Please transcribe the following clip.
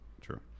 True